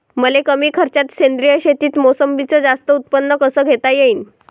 मले कमी खर्चात सेंद्रीय शेतीत मोसंबीचं जास्त उत्पन्न कस घेता येईन?